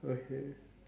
okay